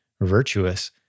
virtuous